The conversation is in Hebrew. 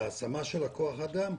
בהשמה של כוח האדם,